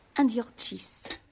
and your cheese.